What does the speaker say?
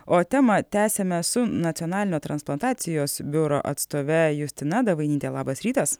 o temą tęsiame su nacionalinio transplantacijos biuro atstove justina davainytė labas rytas